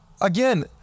Again